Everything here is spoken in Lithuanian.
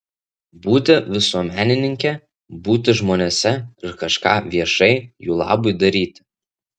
būti visuomenininke būti žmonėse ir kažką viešai jų labui daryti